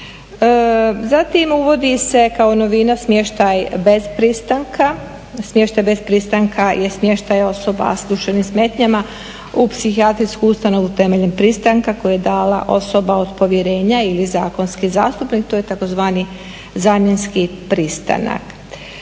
Zatim uvodi se kao novina smještaj bez pristanka. Smještaj bez pristanka je smještaj osoba s duševnim smetnjama u psihijatrijsku ustanovu temeljem pristanka koju je dala osoba od povjerenja ili zakonski zastupnik to je tzv. zamjenski pristanak.